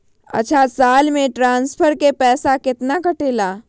अछा साल मे ट्रांसफर के पैसा केतना कटेला?